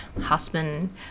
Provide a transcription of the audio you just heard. husband